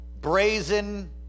brazen